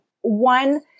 one